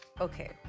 Okay